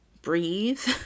Breathe